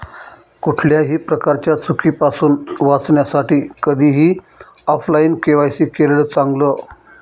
कुठल्याही प्रकारच्या चुकीपासुन वाचण्यासाठी कधीही ऑफलाइन के.वाय.सी केलेलं चांगल